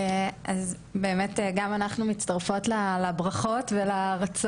אז באמת גם אנחנו מצטרפות לברכות ובאמת